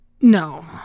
No